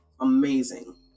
amazing